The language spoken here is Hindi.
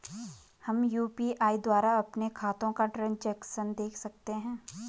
हम यु.पी.आई द्वारा अपने खातों का ट्रैन्ज़ैक्शन देख सकते हैं?